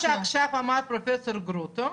לא, מה שעכשיו אמר פרופ' גרוטו,